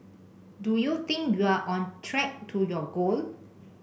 do you think you're on track to your goal